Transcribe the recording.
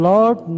Lord